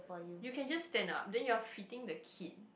you can just stand up then you're feeding the kid